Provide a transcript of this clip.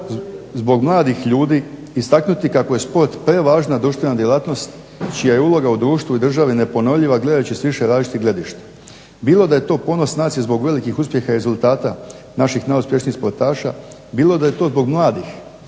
zbog mladih ljudi istaknuti kako je sport prevažna društvena djelatnost čija je uloga u društvu i državi neponovljiva gledajući s više različitih gledišta. bilo da je to ponos nacije zbog velikih uspjeha i rezultata naših najuspješnijih sportaša, bilo da je to zbog mladih